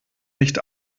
nicht